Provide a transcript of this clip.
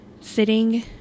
sitting